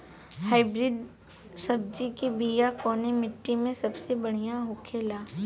Hybrid सब्जी के बिया कवने मिट्टी में सबसे बढ़ियां होखे ला?